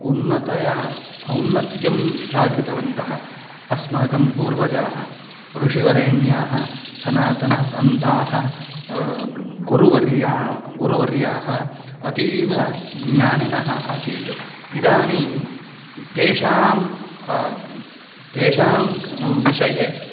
उन्नतम् औन्नत्यं साधितवन्तः अस्माकं पूर्वजाः ऋषिवरेण्याः सनातनसन्ताः गुरुवर्याः गुरुवर्याः अतीव ज्ञानिनः आसीत् इदानीं तेषां तेषां कः विषयः